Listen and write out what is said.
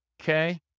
Okay